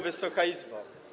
Wysoka Izbo!